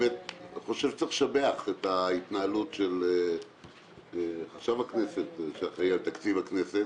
אני חושב שצריך לשבח את ההתנהלות של חשב הכנסת שאחראי על תקציב הכנסת